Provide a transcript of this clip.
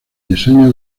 diseño